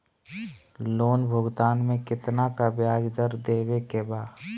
Loan भुगतान में कितना का ब्याज दर देवें के बा?